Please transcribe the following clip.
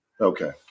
Okay